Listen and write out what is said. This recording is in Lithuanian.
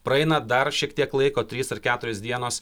praeina dar šiek tiek laiko trys ar keturios dienos